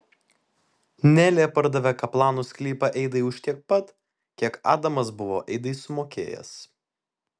nelė pardavė kaplanų sklypą eidai už tiek pat kiek adamas buvo eidai sumokėjęs